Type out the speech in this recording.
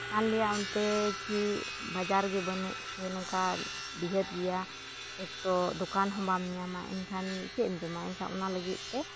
ᱚᱱᱟᱞᱤᱭᱮ ᱚᱱᱛᱮ ᱠᱤ ᱵᱟᱡᱟᱨᱜᱮ ᱵᱟᱹᱱᱩᱜ ᱥᱮ ᱱᱚᱝᱠᱟ ᱰᱤᱦᱟᱹᱛ ᱜᱮᱭᱟ ᱮᱠ ᱛᱚ ᱫᱚᱠᱟᱱᱦᱚᱸ ᱵᱟᱢ ᱧᱟᱢᱟ ᱮᱱᱠᱷᱟᱱ ᱪᱮᱫᱮᱢ ᱡᱚᱢᱟ ᱮᱱᱠᱷᱟᱱ ᱚᱱᱟ ᱞᱟᱹᱜᱤᱫ ᱛᱮ